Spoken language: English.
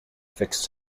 fixed